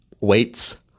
weights